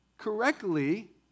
correctly